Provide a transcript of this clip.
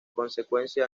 consecuencia